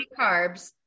carbs